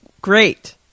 Great